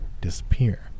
disappear